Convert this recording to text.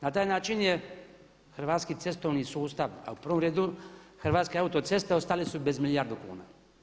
Na taj način je hrvatski cestovni sustav, a u prvom redu Hrvatske autoceste ostale su bez milijardu kuna.